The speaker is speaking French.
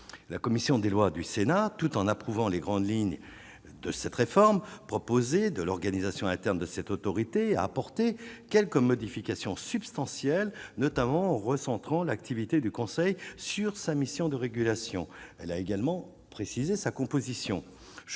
la commission des lois du Sénat tout en approuvant les grandes lignes de cette réforme proposée de l'organisation interne de cette autorité a apporté quelques modifications substantielles, notamment en recentrant l'activité du conseil sur sa mission de régulation, elle a également précisé sa composition,